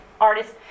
artist